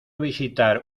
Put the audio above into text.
visitar